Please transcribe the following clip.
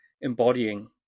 embodying